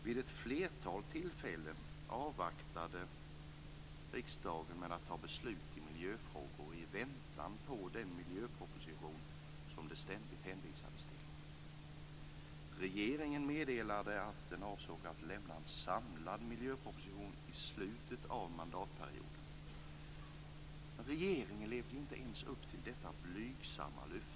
Vid ett flertal tillfällen avvaktade riksdagen med att fatta beslut i miljöfrågor i väntan på den miljöproposition som det ständigt hänvisades till. Regeringen meddelade att den avsåg att lämna en samlad miljöproposition i slutet av mandatperioden. Men regeringen levde inte ens upp till detta blygsamma löfte.